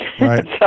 Right